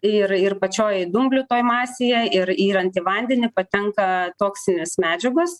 ir ir pačioj dumblių toj masėje ir yrant į vandenį patenka toksinės medžiagos